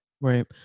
Right